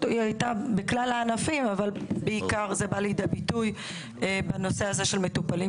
היא הייתה בכלל הענפים אבל בעיקר זה בא לידי ביטוי בנושא הזה של מטופלים